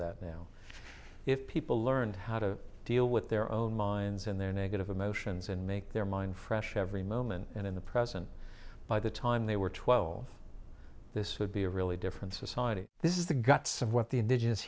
that now if people learned how to deal with their own minds and their negative emotions and make their mind fresh every moment and in the present by the time they were twelve this would be a really different society this is the guts of what the indigenous